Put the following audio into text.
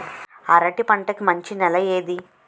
అరటి పంట కి మంచి నెల ఏది?